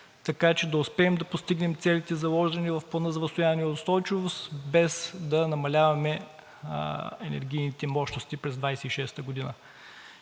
така че да успеем да постигнем целите, заложени в Плана за възстановяване и устойчивост, без да намаляваме енергийните мощности през 2026 г.